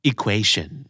Equation